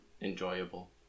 enjoyable